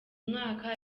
mwaka